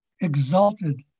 exalted